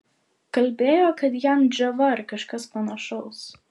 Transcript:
kalbėjo kad jam džiova ar kažkas panašaus